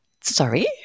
Sorry